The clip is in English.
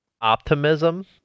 optimism